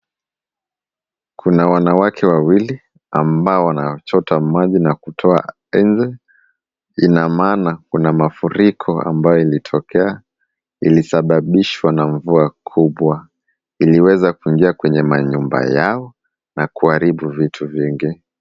Kuna wanawake wawili ambao wanachota maji na kutoa nje. Ina maana kuna mafuriko ambayo ilitokea. Ilisababishwa na mvua kubwa. Iliweza kuingia kwenye nyumba zao na kuharibu vitu vingi.